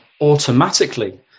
automatically